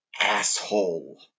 asshole